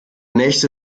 nächste